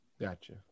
gotcha